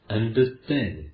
understand